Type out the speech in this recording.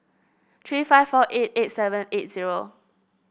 three five four eight eight seven eight zero